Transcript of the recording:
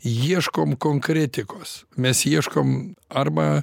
ieškom konkretikos mes ieškom arba